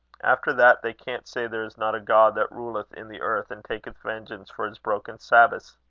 after that they can't say there is not a god that ruleth in the earth, and taketh vengeance for his broken sabbaths.